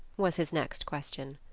was his next question.